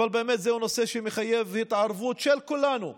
אבל זה באמת נושא שמחייב התערבות של כולנו,